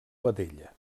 vedella